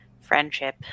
friendship